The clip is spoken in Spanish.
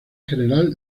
general